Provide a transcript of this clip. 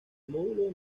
módulo